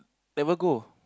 never go